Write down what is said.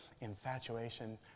infatuation